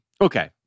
okay